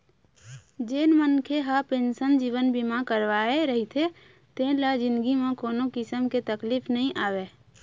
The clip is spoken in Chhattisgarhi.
जेन मनखे ह पेंसन जीवन बीमा करवाए रहिथे तेन ल जिनगी म कोनो किसम के तकलीफ नइ आवय